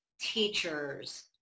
teachers